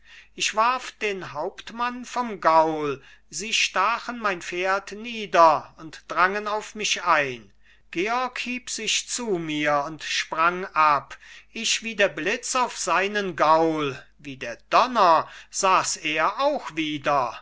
ich warf den hauptmann vom gaul sie stachen mein pferd nieder und drangen auf mich ein georg hieb sich zu mir und sprang ab ich wie der blitz auf seinen gaul wie der donner saß er auch wieder